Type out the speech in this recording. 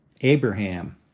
Abraham